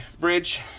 bridge